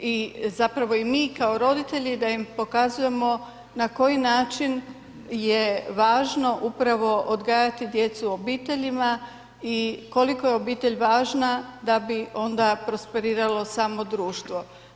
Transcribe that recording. i zapravo i mi kao roditelji da im pokazujemo na koji način je važno upravo odgajati djecu u obiteljima i koliko je obitelj važna da bi onda prosperiralo samo društvo.